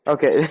Okay